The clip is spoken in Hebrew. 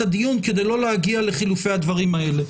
הדיון כדי לא להגיע לחילופי הדברים האלה.